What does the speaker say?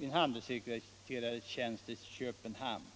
en handelssekreterartjänst i Köpenhamn.